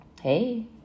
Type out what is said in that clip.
Hey